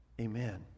Amen